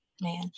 man